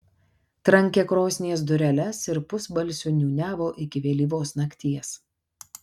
trankė krosnies dureles ir pusbalsiu niūniavo iki vėlyvos nakties